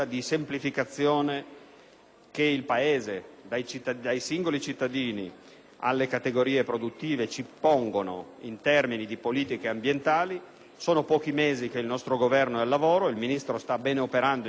il Paese, dai singoli cittadini alle categorie produttive, ci pone in termini di politica ambientale. Sono pochi mesi che il nostro Governo è al lavoro; il Ministro sta ben operando in questa direzione.